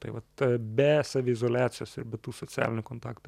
tai vat be saviizoliacijos ir be tų socialinių kontaktų